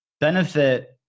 benefit